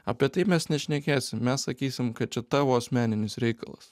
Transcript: apie tai mes nešnekėsim mes sakysim kad čia tavo asmeninis reikalas